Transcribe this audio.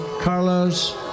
Carlos